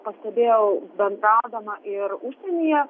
pastebėjau bendraudama ir užsienyje